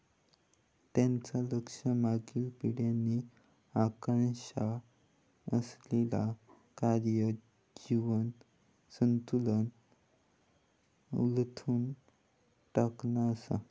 त्यांचा लक्ष मागील पिढ्यांनी आकांक्षा असलेला कार्य जीवन संतुलन उलथून टाकणा असा